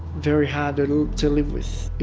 very hard and to live with.